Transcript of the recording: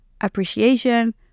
appreciation